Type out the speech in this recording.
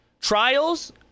trials